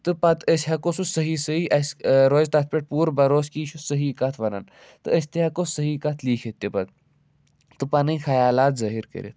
تہٕ پَتہٕ أسۍ ہٮ۪کَو سُہ صحیح صحیح اَسہِ روزِ تَتھ پٮ۪ٹھ پوٗرٕ بروسہٕ کہِ یہِ چھُ صحیح کَتھ وَنان تہٕ أسۍ تہِ ہٮ۪کَو صحیح کَتھ لیٖکِتھ تہِ پَتہٕ تہٕ پَنٕنۍ خیالات ظٲہِر کٔرِتھ